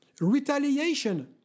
retaliation